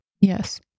yes